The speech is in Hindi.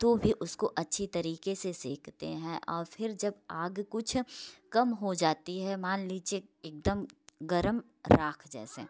तो फिर उसको अच्छी तरीके से सेंकते हैं और फ़िर जब आग कुछ कम हो जाती है मान लीजिए एक दम गर्म राख जैसे